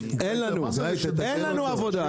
אין לנו עבודה.